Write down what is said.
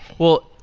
well,